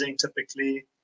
typically